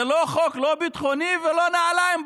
זה לא חוק לא ביטחוני ולא נעליים.